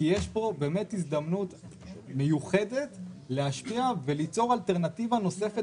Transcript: כי יש פה באמת הזדמנות מיוחדת להשפיע וליצור אלטרנטיבה נוספת